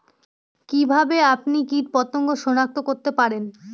কিভাবে আপনি কীটপতঙ্গ সনাক্ত করতে পারেন?